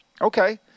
Okay